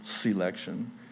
selection